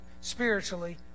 spiritually